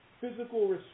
physical